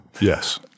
Yes